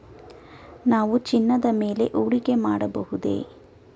ನಾವು ಚಿನ್ನದ ಮೇಲೆ ಹೂಡಿಕೆ ಮಾಡಬಹುದೇ?